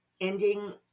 ending